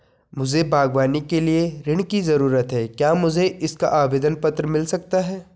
मुझे बागवानी के लिए ऋण की ज़रूरत है क्या मुझे इसका आवेदन पत्र मिल सकता है?